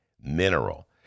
Mineral